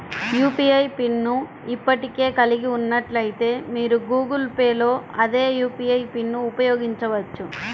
UPI pin ను ఇప్పటికే కలిగి ఉన్నట్లయితే, మీరు గూగుల్ పే లో అదే యూ.పీ.ఐ పిన్ను ఉపయోగించవచ్చు